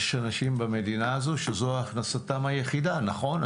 יש אנשים במדינה הזו שזו הכנסתם היחידה, נכון?